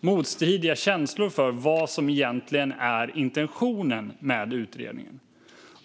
motstridiga känslor kring vad som egentligen är intentionen med utredningen.